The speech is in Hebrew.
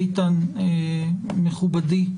איתן מכובדי,